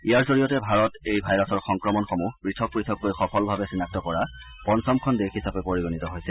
ইয়াৰ জৰিয়তে ভাৰত এই ভাইৰাছৰ সংক্ৰমণসমূহ পথক পথককৈ সফলভাৱে চিনাক্ত কৰা পঞ্চমখন দেশ হিচাপে পৰিগণিত হৈছে